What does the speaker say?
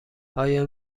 آیا